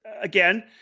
again